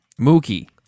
mookie